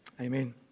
amen